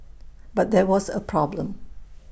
but there was A problem